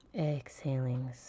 Exhaling